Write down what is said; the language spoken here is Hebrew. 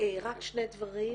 רק שני דברים.